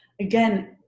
again